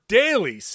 daily